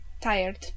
tired